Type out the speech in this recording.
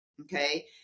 okay